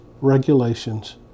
regulations